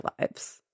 lives